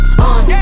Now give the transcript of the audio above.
on